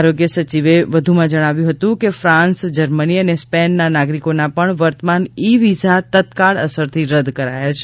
આરોગ્ય સચિવે વધુમાં જણાવ્યું હતું કે ફાન્સ જર્મની અને સ્પેનના નાગરિકોના પણ વર્તમાન ઇ વિઝા તત્કાળ અસરથી રદ કરાયા છે